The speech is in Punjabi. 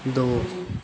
ਦੋ